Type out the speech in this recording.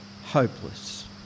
hopeless